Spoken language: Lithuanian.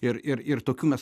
ir ir ir tokių mes